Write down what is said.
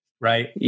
right